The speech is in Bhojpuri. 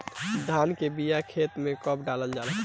धान के बिया खेत में कब डालल जाला?